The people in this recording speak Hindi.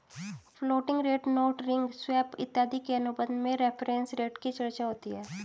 floating rate notes ring swap इत्यादि के अनुबंध में रेफरेंस रेट की चर्चा होती है